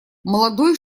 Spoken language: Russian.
молодой